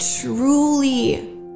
truly